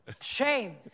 Shame